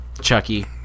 Chucky